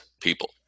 people